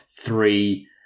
three